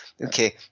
Okay